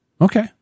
Okay